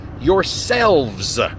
yourselves